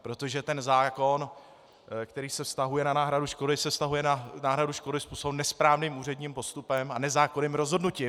Protože ten zákon, který se vztahuje na náhradu škody, se vztahuje na náhradu škody způsobené nesprávním úředním postupem a nezákonným rozhodnutím.